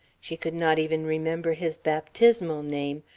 she could not even remember his baptismal name,